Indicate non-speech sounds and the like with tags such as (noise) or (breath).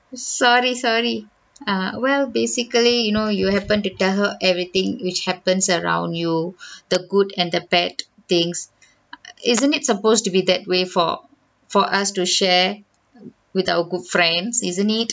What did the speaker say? sorry sorry uh well basically you know you happen to tell her everything which happens around you (breath) the good and the bad things isn't it supposed to be that way for for us to share with our good friends isn't it